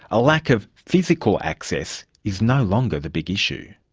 a lack of physical access is no longer the big issue.